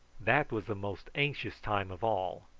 that was the most anxious time of all,